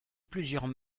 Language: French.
plusieurs